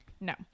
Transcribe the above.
No